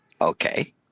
Okay